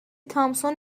تامسون